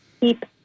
keep